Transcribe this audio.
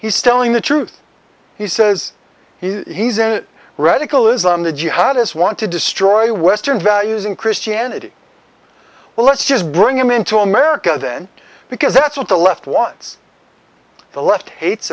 he's telling the truth he says he's a radicalism the jihadists want to destroy western values and christianity well let's just bring him into america then because that's what the left wants the left hates